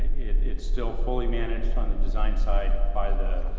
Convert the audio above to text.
it, it's still fully managed on the design side, by the,